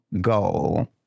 goal